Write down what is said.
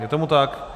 Je tomu tak?